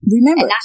Remember